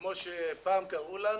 כמו שפעם קראו לנו,